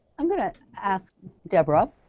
i'm going to ask deborah,